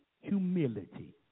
humility